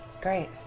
Great